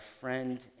friend